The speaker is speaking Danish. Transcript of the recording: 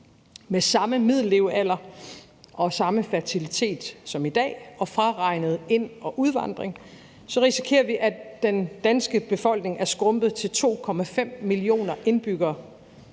med samme middellevealder og samme fertilitet som i dag og man fraregner ind- og udvandring, risikerer vi, at den danske befolkning er skrumpet til 2,5 millioner indbyggere